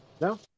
No